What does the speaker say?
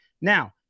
Now